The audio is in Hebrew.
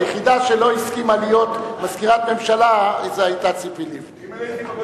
היחידה שלא הסכימה להיות מזכירת ממשלה היתה ציפי לבני.